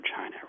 China